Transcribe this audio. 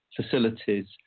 facilities